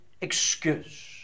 excuse